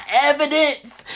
evidence